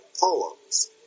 poems